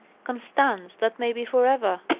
constance! that may be for ever!